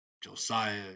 Josiah